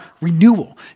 renewal